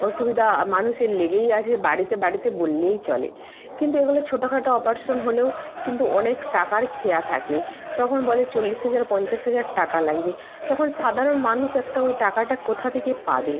অসুবিধা মানুষের লেগেই আছে বাড়িতে বাড়িতে বললেই চলে কিন্তু এগুলো ছোটোখাটো অপারেশন হলেও কিন্তু অনেক টাকার খেয়া থাকে তখন বলে চল্লিশ হাজার পঞ্চাশ হাজার টাকা লাগবে তখন সাধারণ মানুষ একটা ওই টাকাটা কোথায় থেকে পাবে